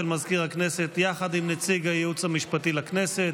מזכיר הכנסת יחד עם נציג הייעוץ המשפטי לכנסת,